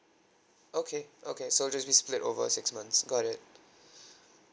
okay okay so just be split over six months got it